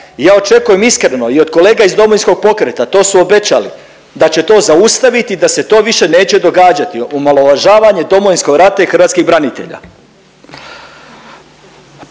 ja očekujem iskreno i od kolega iz DP-a, to su obećali da će to zaustaviti i da se to više neće događati, omalovažavanje Domovinskog rata i hrvatskih branitelja.